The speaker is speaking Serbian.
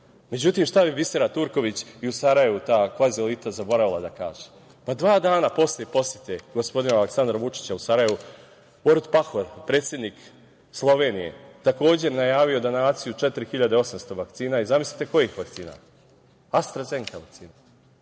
poslova, šta je Bisera Turković i u Sarajevu ta kvazi-elita zaboravila da kaže – dva dana posle posete gospodina Aleksandra Vučića u Sarajevu, Borut Pahor, predsednik Slovenije, takođe je najavio donaciju od 4.800 vakcina, i to zamislite kojih vakcina – „Astra Zeneka“, a